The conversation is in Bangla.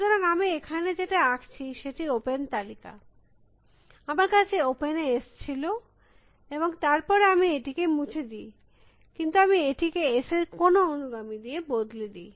সুতরাং আমি এখানে যেটা আঁকছি সেটি ওপেন তালিকা আমার কাছে ওপেন এ S ছিল এবং তার পরে আমি এটিকে মুছে দি কিন্তু আমি এটিকে S এর কোনো অনুগামী দিয়ে বদলে দি